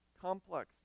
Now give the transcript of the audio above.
complex